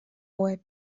web